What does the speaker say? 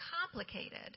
complicated